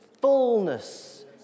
fullness